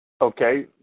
Okay